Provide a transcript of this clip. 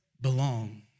belong